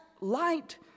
light